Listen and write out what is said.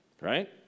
Right